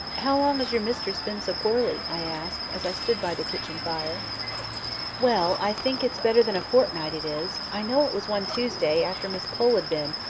how long has your mistress been so poorly? i asked, as i stood by the kitchen fire well! i think its better than a fortnight it is, i know it was one tuesday, after miss pole had been,